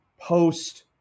post